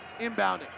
inbounding